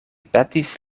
petis